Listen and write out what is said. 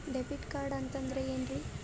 Debit card ಅಂತಂದ್ರೆ ಏನ್ರೀ?